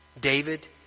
David